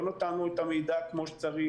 לא נתנו את המידע כמו שצריך,